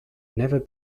never